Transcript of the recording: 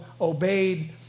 obeyed